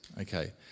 Okay